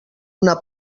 una